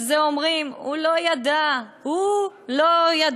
על זה אומרים: הוא לא ידע, הוא לא ידע.